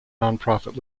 nonprofit